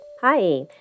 Hi